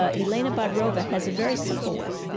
ah elena bodrova has a very simple way,